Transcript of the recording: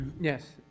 yes